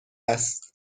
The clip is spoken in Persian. است